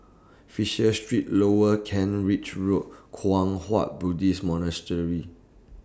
Fisher Street Lower Kent Ridge Road Kwang Hua Buddhist Monastery